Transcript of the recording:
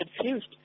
confused